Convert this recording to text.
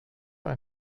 ein